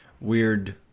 weird